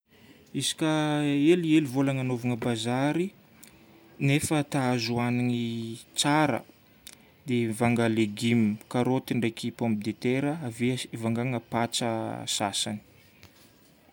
Izy koa helihely vola agnanovanao bazary, nefa ta hahazo hanigny tsara, dia mivanga légume: karaoty ndraiky pomme de terre. Ave ivangana patsa sasany.